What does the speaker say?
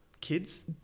Kids